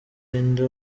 linda